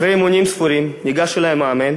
אחרי אימונים ספורים ניגש אלי המאמן